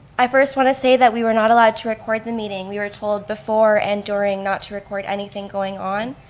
i first want to say that we were not allowed to record the meeting. we were told before and during not to record anything going on.